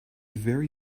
very